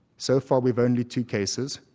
so far we've only two cases,